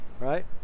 right